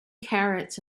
carrots